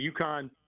UConn